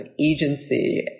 agency